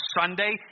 Sunday